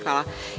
Hvala.